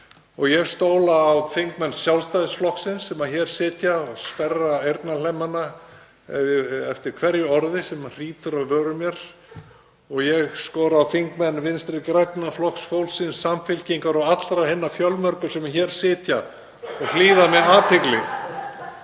og ég stóla á þingmenn Sjálfstæðisflokksins sem hér sitja og sperra eyrnahlemmana eftir hverju orði sem hrýtur af vörum mér, og ég skora á þingmenn Vinstri grænna, Flokks fólksins, Samfylkingar og alla hina fjölmörgu sem hér sitja og hlýða á með athygli